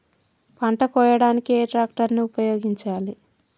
పంట కోయడానికి ఏ ట్రాక్టర్ ని ఉపయోగించాలి?